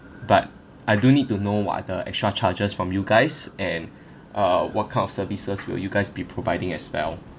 but I do need to know what are the extra charges from you guys and uh what kind of services will you guys be providing as well